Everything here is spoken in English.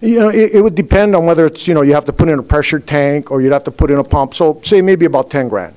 you know it would depend on whether it's you know you have to put in a pressure tank or you have to put in a pump so say maybe about ten grand